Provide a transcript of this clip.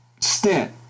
stint